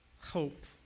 hope